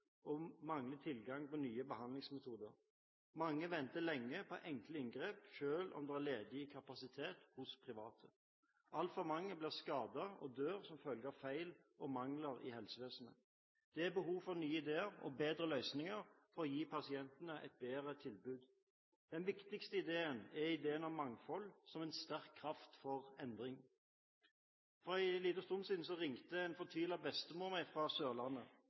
og mangler tilgang på nye behandlingsmetoder. Mange venter lenge på enkle inngrep, selv om det er ledig kapasitet hos private. Altfor mange blir skadet og dør som følge av feil og mangler i helsevesenet. Det er behov for nye ideer og bedre løsninger for å gi pasientene et bedre tilbud. Den viktigste ideen er ideen om mangfold som en sterk kraft for endring. For en liten stund siden ringte en fortvilet bestemor meg fra Sørlandet.